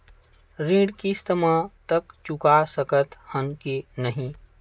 ऋण किस्त मा तक चुका सकत हन कि नहीं?